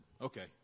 okay